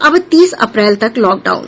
अब तीस अप्रैल तक लॉकडाउन